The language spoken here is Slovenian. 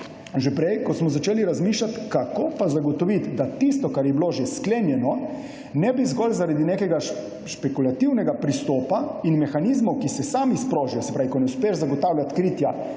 Že prej smo začeli razmišljati, kako pa zagotoviti, da tisto, kar je bilo že sklenjeno, ne bi zgolj zaradi nekega špekulativnega pristopa in mehanizmov, ki se sami sprožijo, se pravi, ko ne uspeš zagotavljati kritja